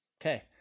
Okay